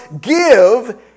give